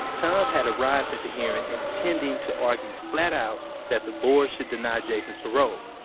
tom had arrived at the hearing intending to argue flat out that the board should deny jason's parole.